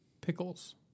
pickles